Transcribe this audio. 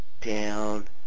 down